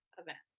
events